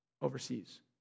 overseas